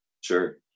Sure